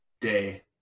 day